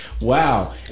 Wow